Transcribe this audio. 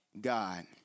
God